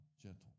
gentle